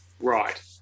Right